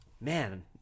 Man